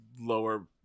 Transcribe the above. Lower